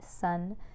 sun